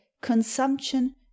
consumption